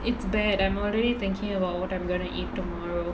it's bad I'm already thinking about what I'm gonna eat tomorrow